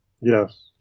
Yes